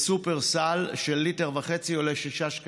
של ליטר וחצי עולה 6.60 שקלים.